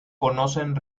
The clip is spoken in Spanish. conocen